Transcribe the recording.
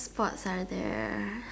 sport science there